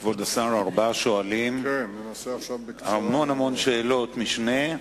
כבוד השר, ארבעה שואלים, המון שאלות משנה,